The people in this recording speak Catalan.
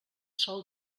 sol